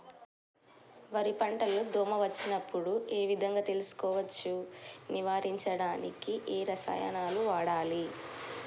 వరి పంట లో దోమ వచ్చినప్పుడు ఏ విధంగా తెలుసుకోవచ్చు? నివారించడానికి ఏ రసాయనాలు వాడాలి?